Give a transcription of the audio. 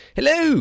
Hello